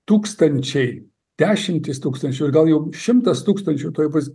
tūkstančiai dešimtys tūkstančių gal jau šimtas tūkstančių tuoj bus